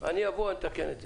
אני אבוא ואתקן את זה.